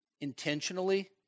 Intentionally